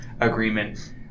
agreement